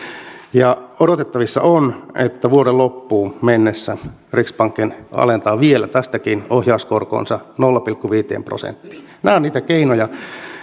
ja odotettavissa on että vuoden loppuun mennessä riksbanken alentaa vielä tästäkin ohjauskorkonsa nolla pilkku viiteen prosenttiin nämä ovat niitä keinoja